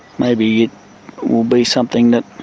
maybe it will be something that